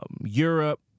Europe